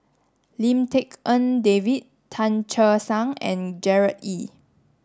Lim Tik En David Tan Che Sang and Gerard Ee